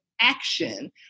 action